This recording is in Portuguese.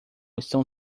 estão